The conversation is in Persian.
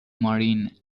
مارین